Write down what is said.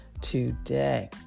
today